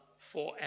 forever